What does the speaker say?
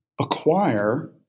acquire